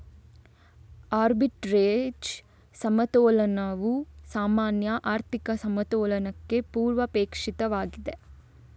arbitrage ಸಮತೋಲನವು ಸಾಮಾನ್ಯ ಆರ್ಥಿಕ ಸಮತೋಲನಕ್ಕೆ ಪೂರ್ವಾಪೇಕ್ಷಿತವಾಗಿದೆ